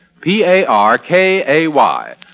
P-A-R-K-A-Y